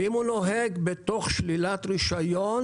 ואם הוא נוהג בתוך שלילת רישיון,